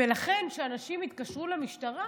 ולכן, כשאנשים התקשרו למשטרה